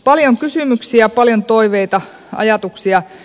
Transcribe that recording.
paljon kysymyksiä paljon toiveita ajatuksia